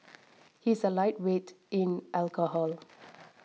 he is a lightweight in alcohol